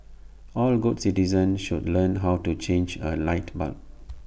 all good citizens should learn how to change A light bulb